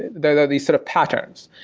there are these sort of patterns,